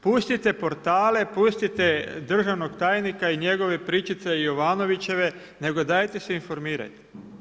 Pustite portale, pustite državnog tajnika i njegovog pričice i Jovanovićeve, nego dajte se informirajte.